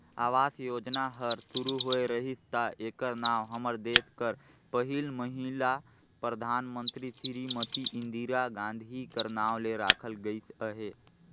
आवास योजना हर सुरू होए रहिस ता एकर नांव हमर देस कर पहिल महिला परधानमंतरी सिरीमती इंदिरा गांधी कर नांव ले राखल गइस अहे